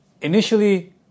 Initially